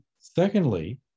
Secondly